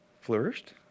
flourished